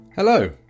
Hello